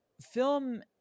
film—